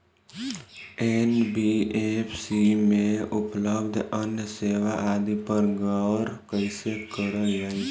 NBFC में उपलब्ध अन्य सेवा आदि पर गौर कइसे करल जाइ?